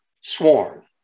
sworn